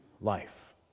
life